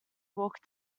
walk